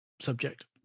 subject